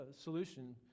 solution